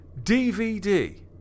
DVD